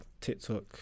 TikTok